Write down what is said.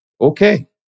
okay